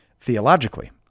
theologically